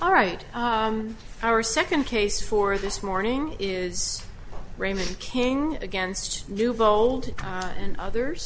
all right our second case for this morning is raymond king against newbold and others